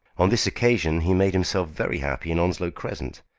on this occasion he made himself very happy in onslow crescent,